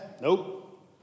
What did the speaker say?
nope